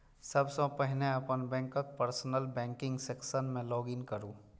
सबसं पहिने अपन बैंकक पर्सनल बैंकिंग सेक्शन मे लॉग इन करू